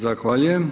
Zahvaljujem.